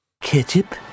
Ketchup